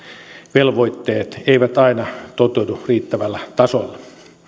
velvoitteet eivät aina toteudu riittävällä tasolla